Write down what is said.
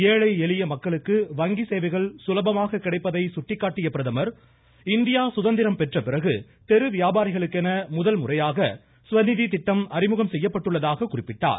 ஏழை எளிய மக்களுக்கு வங்கி சேவைகள் சுலபமாக கிடைப்பதை சுட்டிக்காட்டிய பிரதமர் இந்தியா சுதந்திரம் பெற்ற பிறகு தெரு வியாபாரிகளுக்கென முதல்முறையாக ஸ்வநிதி திட்டம் அறிமுகம் செய்யப்பட்டுள்ளதாக குறிப்பிட்டார்